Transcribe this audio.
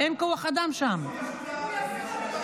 נעלמו.